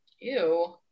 Ew